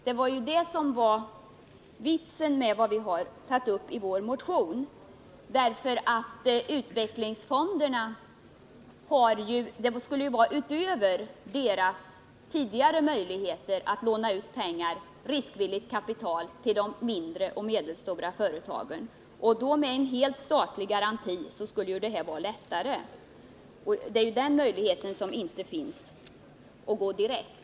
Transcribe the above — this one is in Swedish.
Det var så att säga vitsen med vår motion. Utvecklingsfondernas tidigare möjligheter att låna ut pengar och satsa riskvilligt kapital till förmån för de mindre och medelstora företagen skulle med en helt statlig garanti underlättas. Det är möjligheten till en direkt utlåning som saknas i förslaget.